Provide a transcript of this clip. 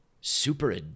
super